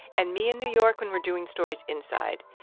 and me and new york when we're doing stories inside.